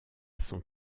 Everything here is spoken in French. sont